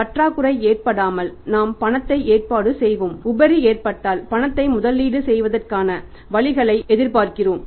பற்றாக்குறை ஏற்பட்டால் நாம் பணத்தை ஏற்பாடு செய்வோம் உபரி ஏற்பட்டால் பணத்தை முதலீடு செய்வதற்கான வழிகளை எதிர்பார்க்கிறோம்